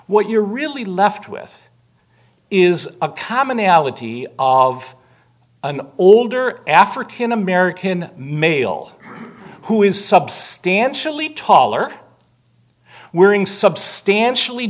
what you're really left with is a commonality of an older african american male who is substantially taller wearing substantially